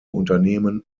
unternehmen